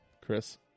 Chris